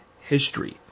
history